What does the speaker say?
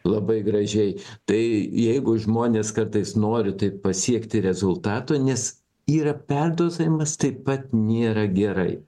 labai gražiai tai jeigu žmonės kartais nori tai pasiekti rezultatų nes yra perdozavimas taip pat nėra gerai